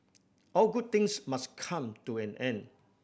all good things must come to an end